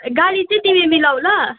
गाडी चाहिँ तिमी मिलाऊ ल